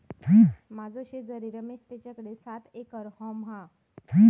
माझो शेजारी रमेश तेच्याकडे सात एकर हॉर्म हा